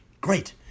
Great